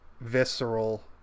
visceral